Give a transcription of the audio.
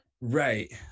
Right